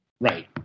Right